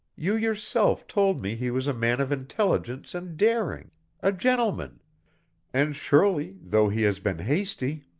you yourself told me he was a man of intelligence and daring a gentleman and surely, though he has been hasty,